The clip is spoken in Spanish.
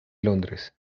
londres